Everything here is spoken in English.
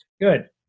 good